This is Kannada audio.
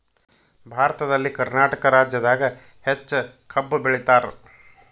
ಭಾರತದಲ್ಲಿ ಕರ್ನಾಟಕ ರಾಜ್ಯದಾಗ ಹೆಚ್ಚ ಕಬ್ಬ್ ಬೆಳಿತಾರ